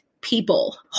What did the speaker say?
people